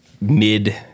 mid